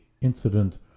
incident